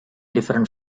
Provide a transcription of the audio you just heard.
different